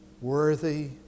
worthy